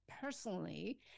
personally